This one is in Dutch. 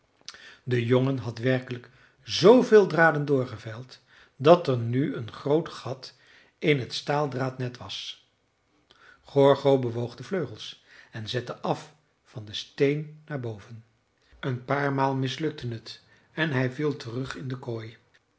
de jongen had werkelijk zooveel draden doorgevijld dat er nu een groot gat in het staaldraadnet was gorgo bewoog de vleugels en zette af van den steen naar boven een paar maal mislukte het en hij viel terug in de kooi